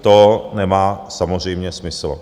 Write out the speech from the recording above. To nemá samozřejmě smysl.